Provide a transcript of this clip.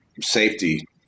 safety